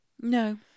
No